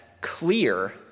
Clear